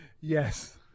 Yes